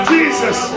Jesus